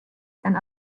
and